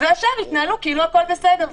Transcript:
והשאר יתנהלו כאילו הכול בסדר.